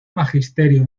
magisterio